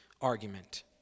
argument